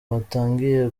batangiye